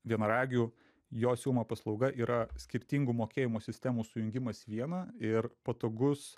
vienaragių jo siūloma paslauga yra skirtingų mokėjimo sistemų sujungimas į vieną ir patogus